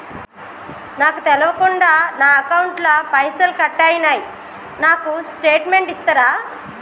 నాకు తెల్వకుండా నా అకౌంట్ ల పైసల్ కట్ అయినై నాకు స్టేటుమెంట్ ఇస్తరా?